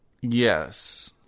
yes